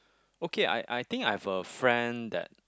okay I I think I have a friend that